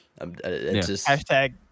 Hashtag